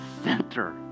center